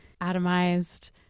atomized